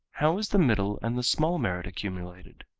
how is the middle and the small merit accumulated?